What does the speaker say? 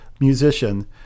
musician